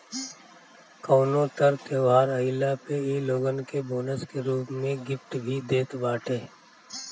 कवनो तर त्यौहार आईला पे इ लोगन के बोनस के रूप में गिफ्ट भी देत बाटे